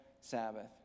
Sabbath